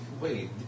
Wait